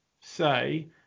say